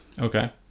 Okay